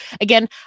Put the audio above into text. again